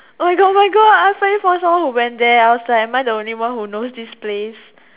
oh my god oh my god I finally found someone who went there I was like am I the only one who knows this place